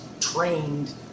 trained